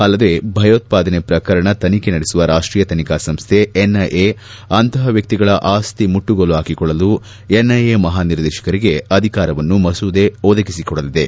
ಅಲ್ಲದೆ ಭಯೋತ್ಪಾದನೆ ಪ್ರಕರಣ ತನಿಬೆ ನಡೆಸುವ ರಾಷ್ಟೀಯ ತನಿಖಾ ಸಂಸ್ಕೆ ಎನ್ಐಎ ಅಂತಹ ವ್ಹಿಕ್ತಿಗಳ ಅಸ್ತಿಮುಟ್ಟುಗೋಲು ಹಾಕಿಕೊಳ್ಳಲು ಎನ್ಐಎ ಮಹಾನಿರ್ದೇಶಕರಿಗೆ ಅಧಿಕಾರವನ್ನೂ ಮಸೂದೆ ಒದಗಿಸಿಕೊಡಲಿದೆ